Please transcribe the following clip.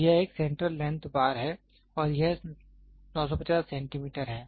तो यह एक सेंट्रल लैंथ बार है और यह 950 सेंटीमीटर है